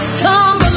tumbling